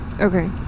Okay